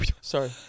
Sorry